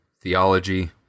theology